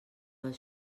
del